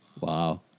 Wow